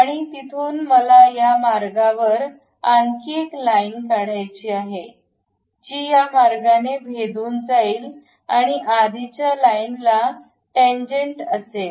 आणि तिथून मला या मार्गावर आणखी एक लाईन काढायची आहे जी या मार्गाने भेदून जाईल आणि आधीच्या लाईनला टेनजंट असेल